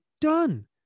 done